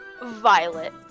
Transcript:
Violet